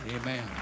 Amen